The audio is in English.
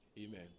Amen